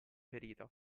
ferita